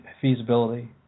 feasibility